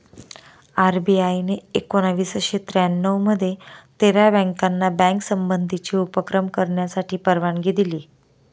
RBI ने एकोणावीसशे त्र्यानऊ मध्ये तेरा बँकाना बँक संबंधीचे उपक्रम करण्यासाठी परवानगी दिली